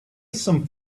some